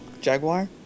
Jaguar